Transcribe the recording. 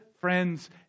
friends